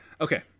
Okay